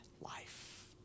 life